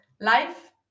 life